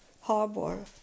harbor